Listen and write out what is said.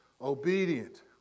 obedient